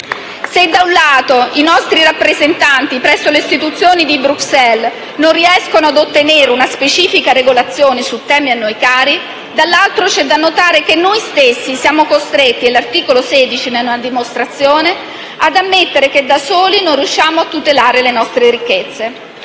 Se, da un lato, i nostri rappresentanti presso le istituzioni di Bruxelles non riescono a ottenere una specifica regolazione su temi a noi cari, dall'altro lato, c'è da notare che noi stessi siamo costretti - e l'articolo 16 ne è una dimostrazione - ad ammettere che da soli non riusciamo a tutelare le nostre ricchezze.